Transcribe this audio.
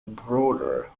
broader